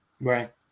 right